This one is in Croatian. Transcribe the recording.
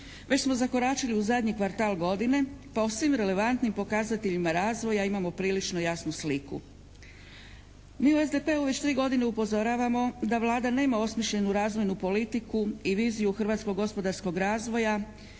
već smo zakoračili u zadnji kvartal godine pa o svim relevantnim pokazateljima razvoja imamo prilično jasnu sliku. Mi u SDP-u već tri godine upozoravao da Vlada nema osmišljenu razvojnu politiku i viziju hrvatskog gospodarskog razvoja